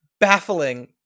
baffling